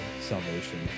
salvation